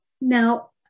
Now